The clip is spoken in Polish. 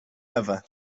ewę